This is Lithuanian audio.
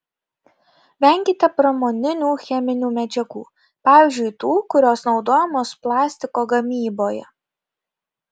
venkite pramoninių cheminių medžiagų pavyzdžiui tų kurios naudojamos plastiko gamyboje